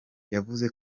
yavuze